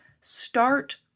start